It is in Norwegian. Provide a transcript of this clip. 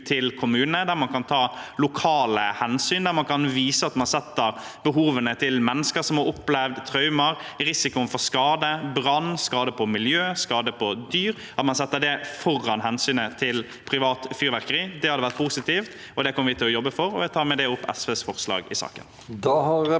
til kommunene, der man kan ta lokale hensyn, der man kan vise at man setter behovene til mennesker som har opplevd traumer, risikoen for skade, brann, skade på miljø, skade på dyr, foran hensynet til privat fyrverkeri. Det hadde vært positivt, og det kommer vi til å jobbe for. Jeg tar med det opp forslagene